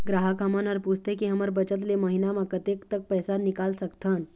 ग्राहक हमन हर पूछथें की हमर बचत ले महीना मा कतेक तक पैसा निकाल सकथन?